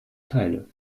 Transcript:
teile